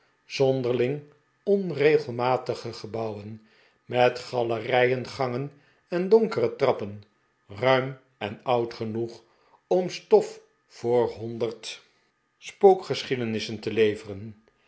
zonderling onregelmatige gebouwen met galerijen gangen en donkere trappen ruim en oud genoeg om stof voor honderd